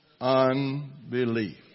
Unbelief